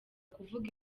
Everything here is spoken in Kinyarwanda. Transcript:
kuvuga